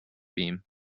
beam